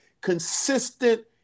consistent